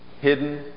hidden